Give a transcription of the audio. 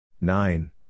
Nine